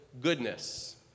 goodness